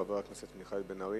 חבר הכנסת מיכאל בן-ארי,